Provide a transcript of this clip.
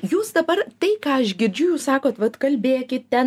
jūs dabar tai ką aš girdžiu jūs sakot vat kalbėkite